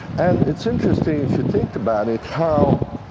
and it's interesting, if you think about it, how,